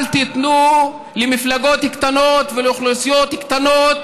אל תיתנו למפלגות קטנות ולאוכלוסיות קטנות